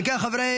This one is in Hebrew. אם כך,